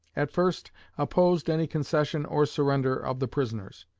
at-first opposed any concession or surrender of the prisoners.